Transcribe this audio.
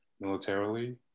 militarily